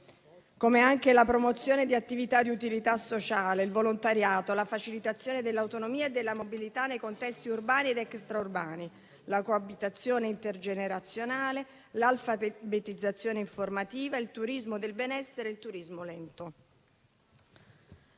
come anche la promozione di attività di utilità sociale, il volontariato, la facilitazione dell'autonomia e della mobilità nei contesti urbani ed extraurbani, la coabitazione intergenerazionale, l'alfabetizzazione informativa, il turismo del benessere e il turismo lento.